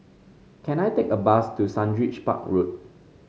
can I take a bus to Sundridge Park Road